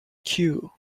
cou